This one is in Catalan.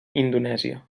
indonèsia